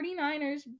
49ers